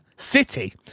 City